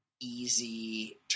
easy